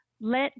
Let